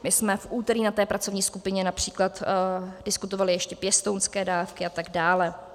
My jsme v úterý na pracovní skupině například diskutovali ještě pěstounské dávky atd.